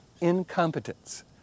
incompetence